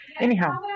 anyhow